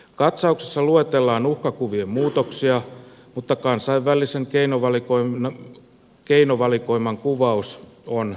katsauksessa luetellaan uhkakuvien muutoksia mutta kansainvälisen keinovalikoiman kuvaus on ennallaan